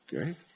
Okay